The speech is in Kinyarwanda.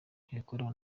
ntibikuraho